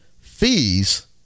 fees